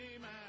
man